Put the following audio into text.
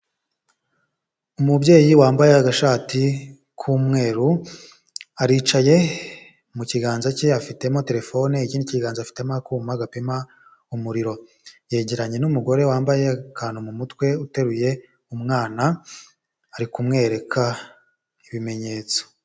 Umubyeyi wambaye agashati k'umweru aricaye mu kiganza cye afitemo telefone ikindi ikiganza afitemo akuma agapima umuriro, yegeranye n'umugore wambaye akantu mu mutwe uteruye umwana ari kumwereka ibimenyetso.